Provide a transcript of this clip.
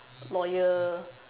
loyal